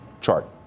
chart